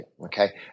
Okay